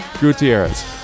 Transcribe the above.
Gutierrez